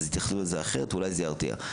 אז יתייחסו לזה אחרת ואולי זה ירתיע.